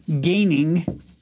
gaining